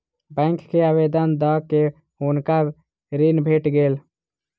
bank के आवेदन दअ के हुनका ऋण भेट गेल